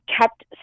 kept